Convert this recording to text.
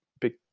big